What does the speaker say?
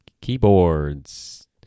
keyboards